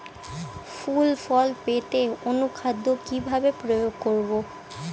ফুল ফল পেতে অনুখাদ্য কিভাবে প্রয়োগ করব?